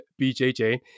BJJ